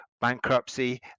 bankruptcy